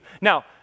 Now